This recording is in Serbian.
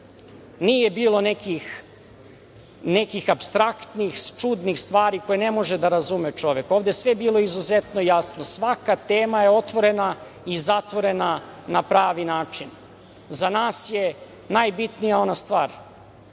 nije bilo nekih apstraktnih, čudnih stvari koje ne može da razume čovek. Ovde je sve bilo izuzetno jasno. Svaka tema je otvorena i zatvorena na pravi način. Za nas je najbitnija ona stvar,